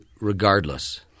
regardless